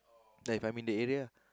like I mean the area lah